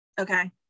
okay